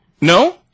No